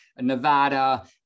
Nevada